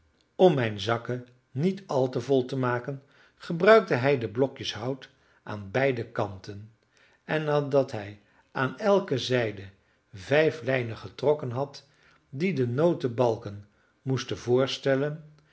om mijn zakken niet al te vol te maken gebruikte hij de blokjes hout aan beide kanten en nadat hij aan elke zijde vijf lijnen getrokken had die de notenbalken moesten voorstellen